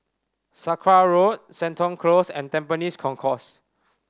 Sakra Road Seton Close and Tampines Concourse